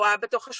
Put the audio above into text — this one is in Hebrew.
דקות הכול חזר